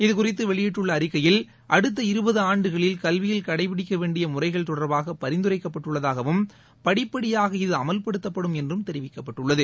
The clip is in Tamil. இதுகுறித்து வெளியிடப்பட்டுள்ள அறிக்கையில் அடுத்த இருபது ஆண்டுகளில் கல்வியில் கடைப்பிடிக்க வேண்டிய முறைகள் தொடர்பாக பரிந்துரைக்கப்பட்டுள்ளதாகவும் படிப்படியாக இது அமல்படுத்தப்படும் என்றும் தெரிவிக்கப்பட்டுள்ளது